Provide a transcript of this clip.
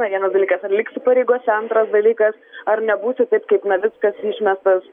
na vienas dalykas ar liksi pareigose antras dalykas ar nebūsiu taip kaip navickas išmestas